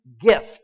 gift